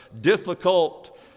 difficult